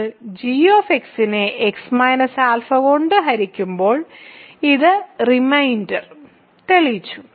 നിങ്ങൾ g നെ x α കൊണ്ട് ഹരിക്കുമ്പോൾ ഇത് റിമൈൻഡർ തെളിയിച്ചു